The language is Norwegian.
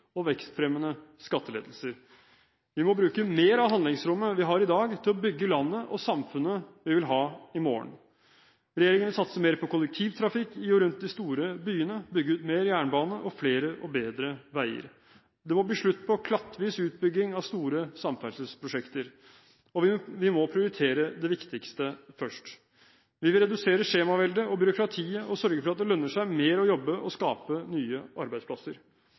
og vekstfremmende skattelettelser. Vi må bruke mer av handlingsrommet vi har i dag til å bygge landet og samfunnet vi vil ha i morgen. Regjeringen vil satse mer på kollektivtrafikk i og rundt de store byene, bygge ut mer jernbane og flere og bedre veier. Det må bli slutt på klattvis utbygging av store samferdselsprosjekter, og vi må prioritere det viktigste først. Vi vil redusere skjemaveldet og byråkratiet og sørge for at det lønner seg mer å jobbe og skape nye arbeidsplasser.